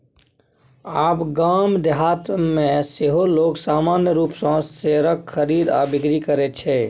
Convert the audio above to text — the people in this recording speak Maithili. आब गाम देहातमे सेहो लोग सामान्य रूपसँ शेयरक खरीद आ बिकरी करैत छै